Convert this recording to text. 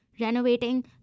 Renovating